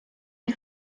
you